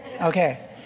Okay